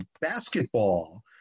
basketball